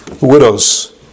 widows